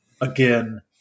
again